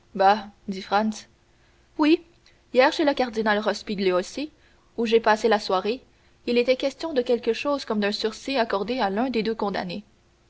oui hier chez le cardinal rospigliosi où j'ai passé la soirée il était question de quelque chose comme d'un sursis accordé à l'un des deux condamnés